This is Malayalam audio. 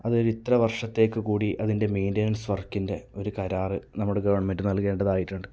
അതൊരു ഇത്ര വർഷത്തേക്ക് കൂടി അതിന്റെ മൈന്റനൻസ് വർക്കിന്റെ ഒരു കരാറ് നമ്മുടെ ഗവൺമെന്റ് നൽകേണ്ടതായിട്ടുണ്ട്